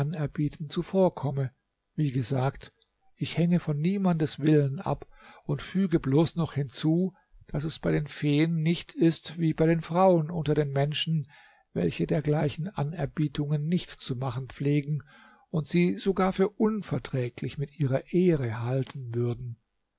anerbieten zuvorkomme wie gesagt ich hänge von niemandes willen ab und füge bloß noch hinzu daß es bei den feen nicht ist wie bei den frauen unter den menschen welche dergleichen anerbietungen nicht zu machen pflegen und sie sogar für unverträglich mit ihrer ehre halten würden